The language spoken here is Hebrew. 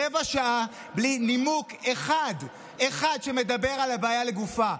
רבע שעה בלי נימוק אחד שמדבר על הבעיה לגופה,